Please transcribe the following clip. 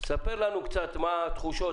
ספר לנו קצת את התחושות,